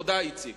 תודה, איציק.